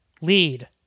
lead